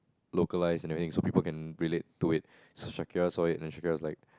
localised and everything so people can relate to it so Shakira saw it and Shakira was like